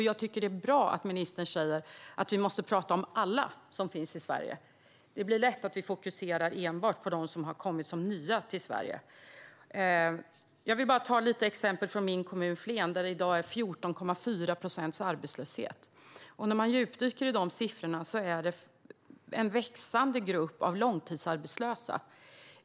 Jag tycker att det är bra att ministern säger att vi måste tala om alla som finns i Sverige. Det blir lätt att vi enbart fokuserar på dem som har kommit som nya till Sverige. Jag vill ta några exempel från min kommun Flen, där det i dag är 14,4 procents arbetslöshet, och det är en växande grupp långtidsarbetslösa.